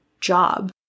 job